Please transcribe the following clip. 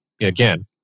again